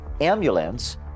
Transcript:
Ambulance